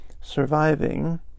surviving